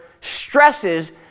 stresses